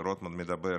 כשרוטמן מדבר